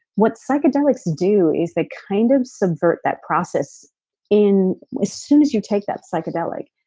what psychedelics do is they kind of subvert that process in as soon as you take that psychedelic.